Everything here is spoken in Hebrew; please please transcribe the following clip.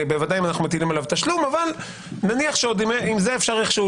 ודאי אם אנו מטילים עליו תשלום אבל נניח שעם זה אפשר איכשהו